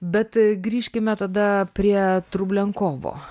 bet grįžkime tada prie trublenkovo